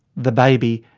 the baby,